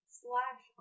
slash